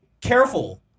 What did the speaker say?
careful